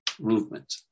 movement